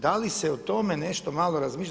Da li se o tome nešto malo razmišljalo?